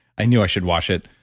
i knew i should wash it.